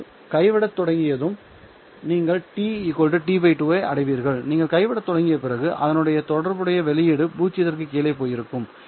நீங்கள் கைவிடத் தொடங்கியதும் நீங்கள் t T 2 ஐ அடைவீர்கள் நீங்கள் கைவிடத் தொடங்கிய பிறகு அதனுடன் தொடர்புடைய வெளியீடு பூஜ்ஜியத்திற்கு கீழே போயிருக்கும்